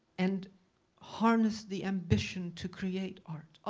and harness the ambition to create art? ah